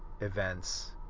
events